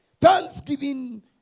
Thanksgiving